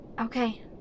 Okay